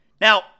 Now